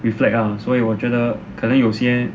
reflect ah 所以我觉得可能有些